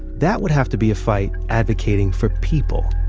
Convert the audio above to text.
that would have to be a fight advocating for people